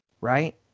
right